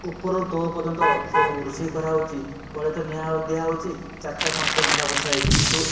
ଉପରୁ ତଳ ପର୍ଯ୍ୟନ୍ତ ସବୁ ରୋଷେଇ କରାହଉଛି ତଳେ ତ ନିଆଁ ଦିଆହଉଛି ଚାରିଟା ପାଞ୍ଚଟା ହଣ୍ଡା ବସାହେଇଛି କିନ୍ତୁ